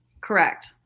Correct